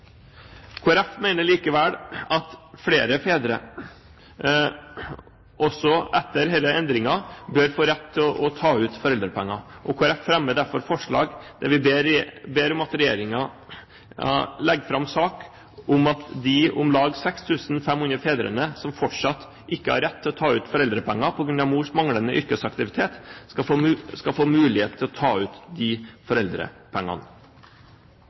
Folkeparti mener likevel at flere fedre også etter denne endringen, bør få rett til å ta ut foreldrepenger. Kristelig Folkeparti fremmer derfor sammen med Fremskrittspartiet og Høyre et forslag der vi ber om at regjeringen legger fram sak om at de om lag 6 500 fedrene som fortsatt ikke har rett til å ta ut foreldrepenger på grunn av mors manglende yrkesaktivitet, skal få mulighet til å ta ut de foreldrepengene.